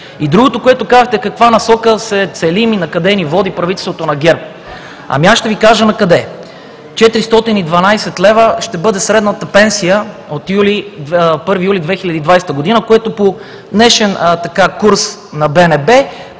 Другото, което казахте, е в каква насока се целим и накъде ни води правителството на ГЕРБ. Аз ще Ви кажа накъде: 412 лв. ще бъде средната пенсия от 1 юли 2020 г., което по днешния курс на